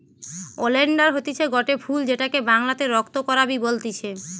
oleander হতিছে গটে ফুল যেটাকে বাংলাতে রক্ত করাবি বলতিছে